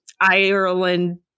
Ireland